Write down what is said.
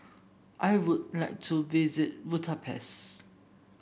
I would like to visit Bucharest